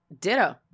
ditto